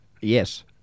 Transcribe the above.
yes